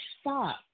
stop